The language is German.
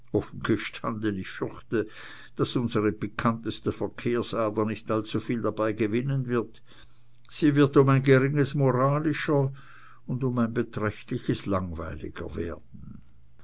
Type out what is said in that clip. ich fürchte daß unsre pikanteste verkehrsader nicht allzuviel dabei gewinnen wird sie wird um ein geringes moralischer und um ein beträchtliches langweiliger werden